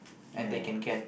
and they can get